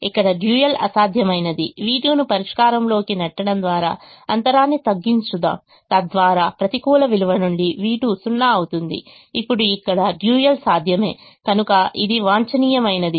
ఇక్కడ డ్యూయల్ అసాధ్యమైనదిv2 ను పరిష్కారంలోకి నెట్టడం ద్వారా అంతరాన్ని తగ్గించూద్దాం తద్వారా ప్రతికూల విలువ నుండి v2 0 అవుతుంది ఇప్పుడు ఇక్కడ డ్యూయల్ సాధ్యమే కనుక ఇది వాంఛనీయమైనది